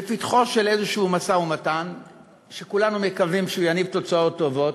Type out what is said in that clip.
בפתחו של איזשהו משא-ומתן שכולנו מקווים שהוא יניב תוצאות טובות.